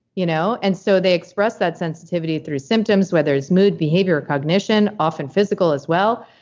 you know and so they express that sensitivity through symptoms, whether it's mood, behavior or cognition, often physical as well.